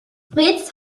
fritz